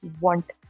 want